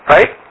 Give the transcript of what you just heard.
Right